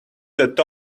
that